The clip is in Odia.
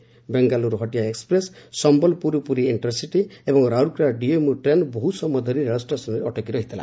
ସେହିପରି ବେଙ୍ଗାଲୁରୁ ହଟିଆ ଏକୃପ୍ରେସ୍ ସମ୍ୟଲପୁର ପୁରୀ ଇଣ୍ର୍ସିଟି ଏବଂ ରାଉରକେଲା ଡିଏମ୍ୟୁ ଟ୍ରେନ ବହୁ ସମୟ ଧରି ରେଳ ଷ୍ଟେସନରେ ଅଟକି ରହିଥିଲା